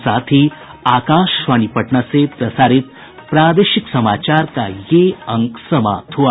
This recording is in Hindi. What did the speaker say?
इसके साथ ही आकाशवाणी पटना से प्रसारित प्रादेशिक समाचार का ये अंक समाप्त हुआ